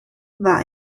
war